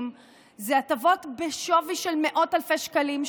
הן הטבות בשווי של מאות אלפי שקלים,